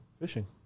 Fishing